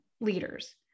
leaders